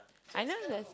I know there's a